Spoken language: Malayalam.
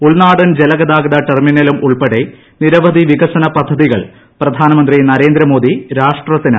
ഉൾനാടൻ ജലഗതാഗത് ടെർമിനലും ഉൾപ്പെടെ നിരവധി വികസന പദ്ധതികൾ പ്രധാനമന്ത്രി നരേന്ദ്രമോദി രാഷ്ട്രത്തിന് സമർപ്പിച്ചു